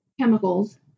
chemicals